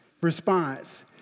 response